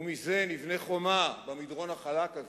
ומזה נבנה חומה במדרון החלק הזה,